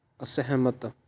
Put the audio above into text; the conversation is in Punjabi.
ਅਸਹਿਮਤ